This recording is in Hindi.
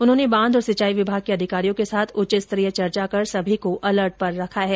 उन्होंने बांध और सिंचाई विभाग के अधिकारियों के साथ उच्च स्तरीय चर्चा कर सभी को अलर्ट पर रखा है